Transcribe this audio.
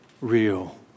real